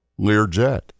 Learjet